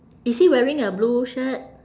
is he wearing a blue shirt